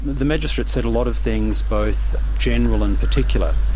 the magistrate said a lot of things both general and particular.